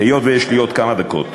היות שיש לי עוד כמה דקות.